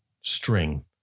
string